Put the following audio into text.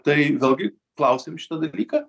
tai vėlgi klausėm šitą dalyką